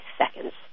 seconds